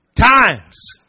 times